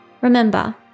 Remember